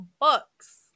books